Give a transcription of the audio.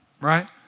Right